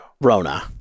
Rona